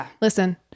listen